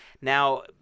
Now